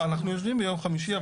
אנחנו יושבים ביום חמישי,